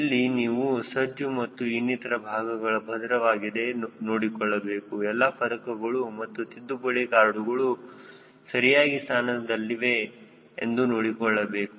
ಇಲ್ಲಿ ನೀವು ಸಜ್ಜು ಮತ್ತು ಇನ್ನಿತರೆ ಭಾಗಗಳನ್ನು ಭದ್ರವಾಗಿದೆ ನೋಡಿಕೊಳ್ಳಬೇಕು ಎಲ್ಲಾ ಫಲಕಗಳು ಮತ್ತು ತಿದ್ದುಪಡಿ ಕಾರ್ಡುಗಳು ಸರಿಯಾದ ಸ್ಥಾನಗಳಲ್ಲಿ ಇವೆ ಎಂದು ನೋಡಿಕೊಳ್ಳಬೇಕು